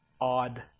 odd